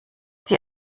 die